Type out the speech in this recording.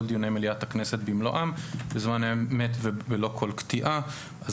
דיוני מליאת הכנסת במלואם בזמן אמת ללא כל קטיעה,